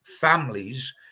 families